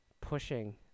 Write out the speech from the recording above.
pushing